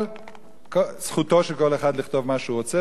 אבל זכותו של כל אחד לכתוב מה שהוא רוצה,